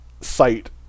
site